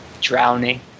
drowning